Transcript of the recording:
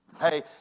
Hey